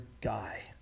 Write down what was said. guy